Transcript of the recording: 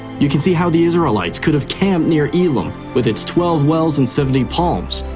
you can see how the israelites could have camped near elim with it's twelve wells and seventy palms.